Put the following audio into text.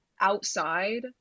outside